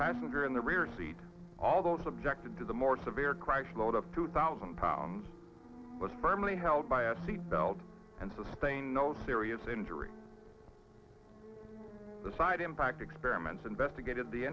passenger in the rear seat although subjected to the more severe crisis mode of two thousand pounds was firmly held by a seatbelt and sustained no serious injury the side impact experiments investigated the